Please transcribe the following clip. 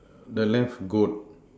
the left goat